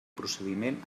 procediment